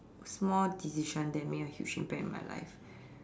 small decision that made a huge impact in my life